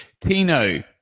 Tino